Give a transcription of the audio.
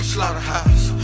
Slaughterhouse